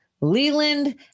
Leland